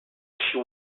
she